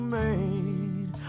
made